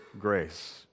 grace